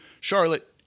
Charlotte